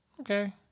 okay